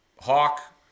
Hawk